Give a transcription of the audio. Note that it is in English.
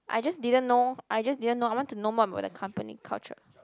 I just didn't know I just didn't know I want to know more about the company culture